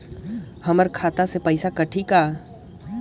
हमर खाता से पइसा कठी का?